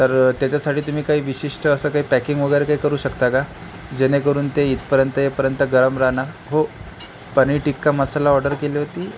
तर त्याच्यासाठी तुम्ही काही विशिष्ट असं काही पॅकिंग वगैरे काही करू शकता का जेणेकरून ते इथपर्यंत येईपर्यंत गरम राहणार हो पनीर टिक्का मसाला ऑर्डर केली होती